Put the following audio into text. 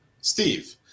Steve